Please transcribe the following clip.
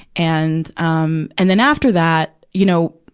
and, um, and then after that, you know,